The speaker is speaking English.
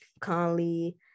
Conley